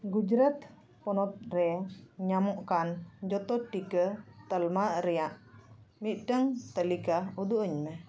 ᱜᱩᱡᱽᱨᱟᱛ ᱯᱚᱱᱚᱛ ᱨᱮ ᱧᱟᱢᱚᱜ ᱠᱟᱱ ᱡᱚᱛᱚ ᱴᱤᱠᱟᱹ ᱛᱟᱞᱢᱟ ᱨᱮᱭᱟᱜ ᱢᱤᱫᱴᱮᱱ ᱛᱟᱹᱞᱤᱠᱟ ᱩᱫᱩᱜᱼᱟᱹᱧ ᱢᱮ